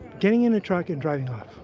getting into a truck, and driving off